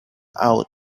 out